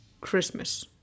Christmas